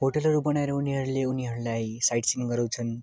होटलहरू बनाएर उनीहरूले उनीहरूलाई साइडसिन गराउँछन्